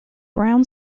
brown